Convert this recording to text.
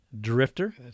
Drifter